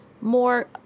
more